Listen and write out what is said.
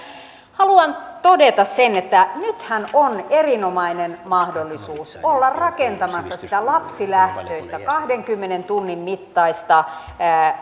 haluan todeta sen että nythän on erinomainen mahdollisuus olla rakentamassa sitä lapsilähtöistä kahdenkymmenen tunnin mittaista